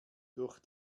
durch